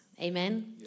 Amen